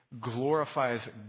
glorifies